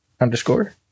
underscore